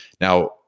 Now